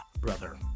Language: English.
brother